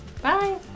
Bye